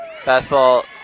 Fastball